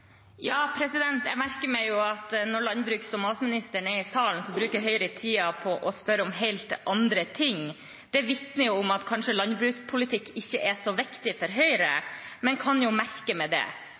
Jeg merker meg at når landbruks- og matministeren er i salen, bruker Høyre tiden på å spørre om helt andre ting. Det vitner om at landbrukspolitikk kanskje ikke er så viktig for Høyre,